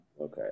Okay